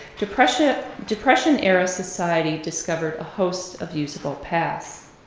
depression depression era society discovered a host of usable past.